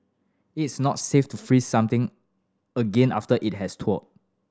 it is not safe to freeze something again after it has thawed